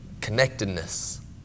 connectedness